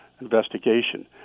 investigation